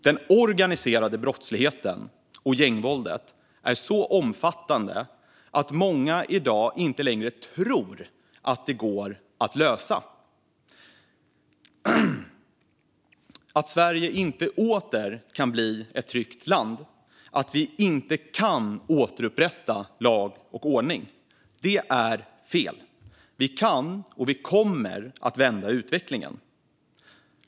Den organiserade brottsligheten och gängvåldet är så omfattande att många i dag inte längre tror att det går att lösa. Man tror inte att Sverige åter kan bli ett tryggt land. Man tror att vi inte kan återupprätta lag och ordning. Det är fel. Vi kan och vi kommer att vända utvecklingen.